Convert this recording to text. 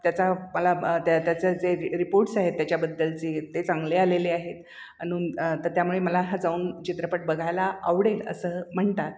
त्याचा मला त्या त्याचं जे रिपोर्ट्स आहेत त्याच्याबद्दलचे ते चांगले आलेले आहेत अनून तर त्यामुळे मला हा जाऊन चित्रपट बघायला आवडेल असं म्हणतात